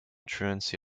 truancy